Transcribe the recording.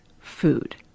food